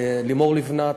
לימור לבנת,